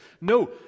No